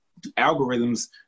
algorithms